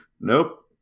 nope